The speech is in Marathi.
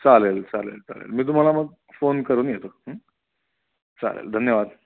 चालेल चालेल चालेल मी तुम्हाला मग फोन करून येतो चालेल धन्यवाद